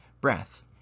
breath